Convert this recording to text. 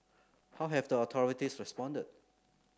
how have the authorities responded